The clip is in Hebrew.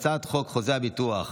הצעת חוק חוזה הביטוח